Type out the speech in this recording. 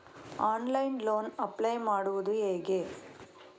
Online loan apply ಮಾಡುವುದು ಹೇಗೆ?